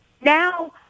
now